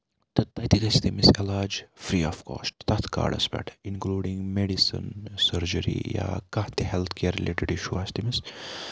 تہٕ تَتہِ گژھِ تٔمِس علاج فری آف کاسٹ تَتھ کارڈَس پٮ۪ٹھ اِنکلوٗڈِنگ میڈِسن سٔرجٔری یا کانٛہہ تہِ ہیٚلٕتھ کِیر رِلیٹِڈ اِشوٗ آسہِ تٔمِس